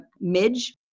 midge